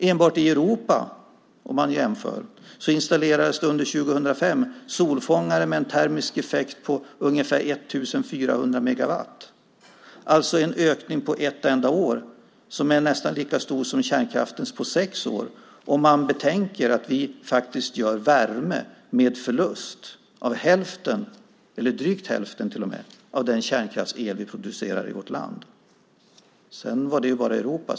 Enbart i Europa installerades under 2005 solfångare med en termisk effekt på ungefär 1 400 megawatt, alltså en ökning på ett enda år som är nästan lika stor som kärnkraftens på sex år om man betänker att vi faktiskt gör värme med förlust av drygt hälften av den kärnkraftsel som vi producerar i vårt land. Detta är bara i Europa.